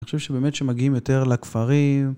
אני חושב שבאמת שמגיעים יותר לכפרים.